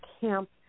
camp